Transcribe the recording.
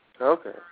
okay